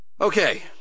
Okay